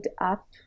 up